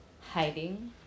hiding